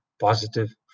positive